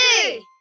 two